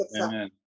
Amen